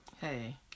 Hey